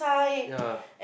ya